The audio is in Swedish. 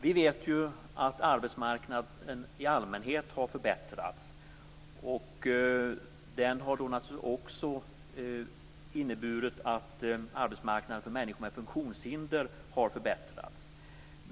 Vi vet att arbetsmarknaden i allmänhet har förbättrats, och det har naturligtvis också inneburit att arbetsmarknaden för människor med funktionshinder har förbättrats.